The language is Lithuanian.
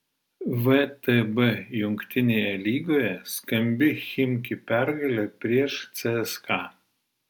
vtb jungtinėje lygoje skambi chimki pergalė prieš cska